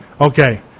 Okay